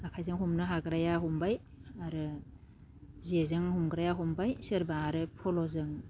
आखाइजों हमनो हाग्राया हमबाय आरो जेजों हमग्राया हमबाय सोरबा आरो फल'जों